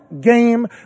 game